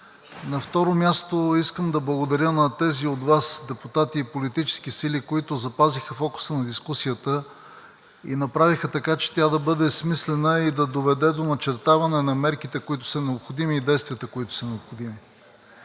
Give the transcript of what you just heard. На второ място, искам да благодаря на тези от Вас депутати и политически сили, които запазиха фокуса на дискусията и направиха така, че тя да бъде смислена и да доведе до начертаване на мерките и действията, които са необходими.